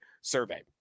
survey